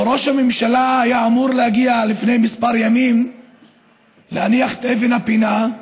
ראש הממשלה היה אמור להגיע לפני כמה ימים להניח את אבן הפינה,